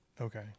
Okay